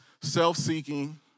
self-seeking